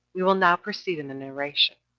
we will now proceed in the narration.